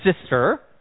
sister